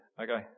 okay